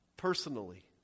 personally